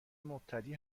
مبتدی